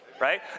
right